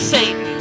Satan